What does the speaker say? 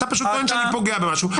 אתה טוען שאני פוגע במשהו,